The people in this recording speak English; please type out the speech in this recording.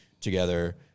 together